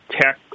tech